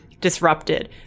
disrupted